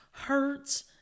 hurts